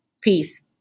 Peace